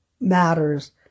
matters